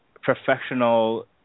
professional